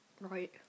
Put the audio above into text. Right